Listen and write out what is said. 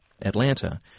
Atlanta